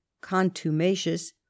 contumacious